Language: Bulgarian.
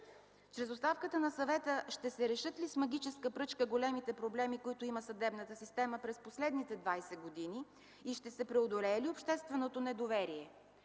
Чрез оставката на съвета ще се решат ли с магическа пръчка големите проблеми, които има съдебната система през последните 20 години и ще се преодолее ли общественото недоверие?